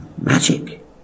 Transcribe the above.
Magic